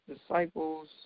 disciples